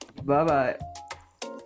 bye-bye